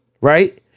right